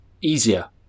easier